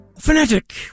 Fanatic